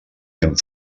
fent